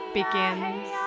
begins